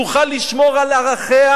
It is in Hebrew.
תוכל לשמור על ערכיה,